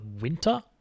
winter